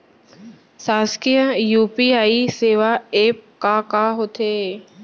शासकीय यू.पी.आई सेवा एप का का होथे?